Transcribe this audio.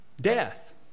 death